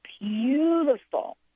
beautiful